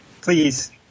Please